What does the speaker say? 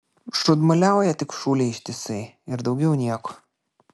šūdmaliauja tik šūlėj ištisai ir daugiau nieko